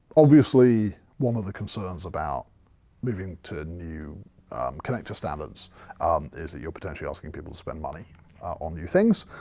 obviously one of the concerns about moving to new connector standards is that you're potentially asking people to spend money on new things.